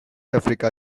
africa